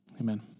Amen